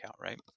right